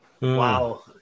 Wow